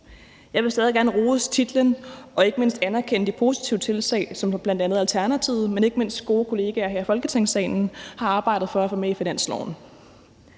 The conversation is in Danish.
Jeg vil stadig gerne rose titlen og ikke mindst anerkende de positive tiltag, som bl.a. Alternativet, men ikke mindst også gode kolleger her i Folketingssalen har arbejdet for at få med i finansloven.